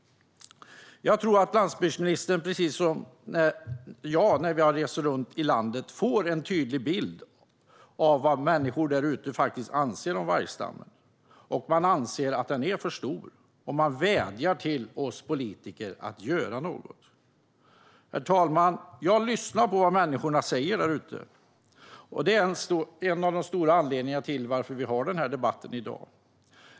Jag tror att landsbygdsministern precis som jag när jag reser runt i landet får en tydlig bild av vad människor där ute anser om vargstammen. Man anser att den är för stor, och man vädjar till oss politiker att göra något. Herr talman! Jag lyssnar på vad människorna säger, och det är en av de stora anledningarna till att vi har denna debatt i dag.